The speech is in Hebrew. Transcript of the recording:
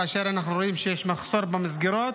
כאשר אנחנו רואים שיש מחסור במסגרות.